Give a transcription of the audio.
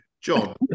John